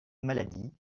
maladie